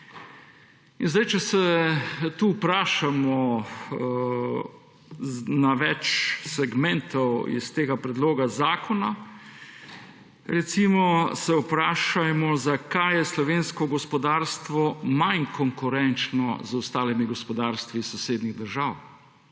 unijo. Če se tu vprašamo o več segmentih iz tega predloga zakona, se recimo vprašajmo, zakaj je slovensko gospodarstvo manj konkurenčno z ostalimi gospodarstvi iz sosednjih držav.